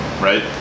right